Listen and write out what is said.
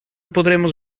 podremos